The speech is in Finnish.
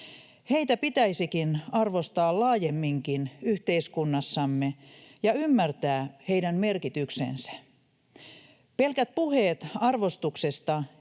Heitä pitäisikin arvostaa laajemminkin yhteiskunnassamme ja ymmärtää heidän merkityksensä. Pelkät puheet arvostuksesta